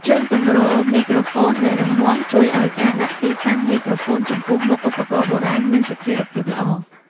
ជើងទម្រមីក្រូហ្វូន ដែលរឹងមាំ ជួយឱ្យការដាក់ទីតាំងមីក្រូហ្វូនចំពោះមុខឧបករណ៍បុរាណមានស្ថេរភាពល្អ។